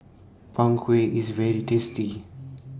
Png Kueh IS very tasty